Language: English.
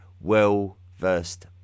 well-versed